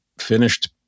finished